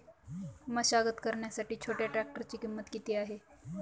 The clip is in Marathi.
मशागत करण्यासाठी छोट्या ट्रॅक्टरची किंमत किती आहे?